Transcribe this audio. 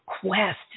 quest